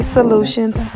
Solutions